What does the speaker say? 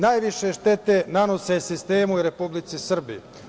Najviše štete nanose sistemu Republici Srbiji.